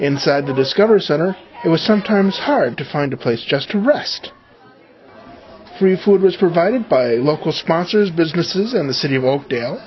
inside the discover center it was sometimes hard to find a place just to rest free food was provided by local sponsors businesses in the city of oakdale